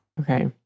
Okay